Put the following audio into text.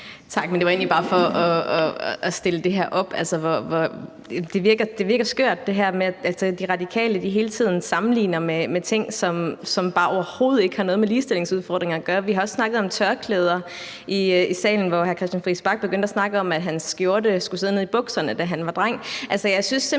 det virker skørt, at De Radikale hele tiden sammenligner med ting, som bare overhovedet ikke har noget med ligestillingsudfordringer at gøre. Vi har også snakket om tørklæder i salen, hvor hr. Christian Friis Bach begyndte at snakke om, at hans skjorte skulle sidde nede i bukserne, da han var dreng.